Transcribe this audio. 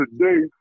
today